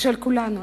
של כולנו.